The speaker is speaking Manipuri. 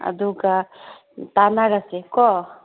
ꯑꯗꯨꯒ ꯇꯥꯟꯅꯔꯁꯤꯀꯣ